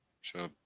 sure